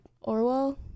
orwell